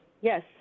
Yes